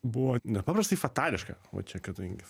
buvo nepaprastai fatališka va čia kadangi